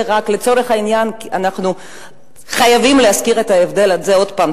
לצורך העניין אנחנו חייבים להזכיר את ההבדל הזה עוד פעם.